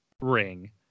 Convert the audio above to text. ring